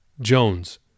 Jones